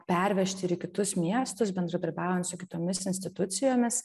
pervežti ir į kitus miestus bendradarbiaujant su kitomis institucijomis